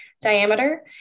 diameter